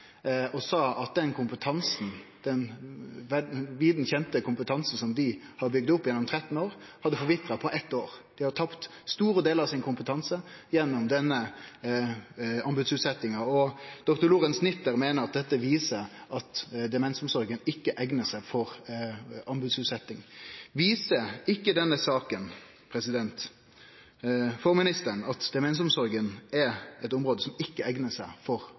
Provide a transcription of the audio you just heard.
og sa at den vidt kjende kompetansen som dei hadde bygd opp gjennom 13 år, hadde forvitra på eitt år. Dei hadde tapt store delar av sin kompetanse gjennom denne anbodsutsetjinga, og dr. Lorentz Nitter meiner at dette viser at demensomsorga ikkje eignar seg for anbodsutsetjing. Viser ikkje denne saka for ministeren at demensomsorga er eit område som ikkje eignar seg for